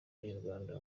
abanyarwanda